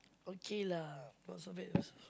okay lah not so bad yourself